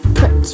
put